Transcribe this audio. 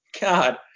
God